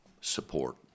support